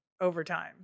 overtime